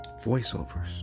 voiceovers